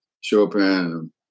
Chopin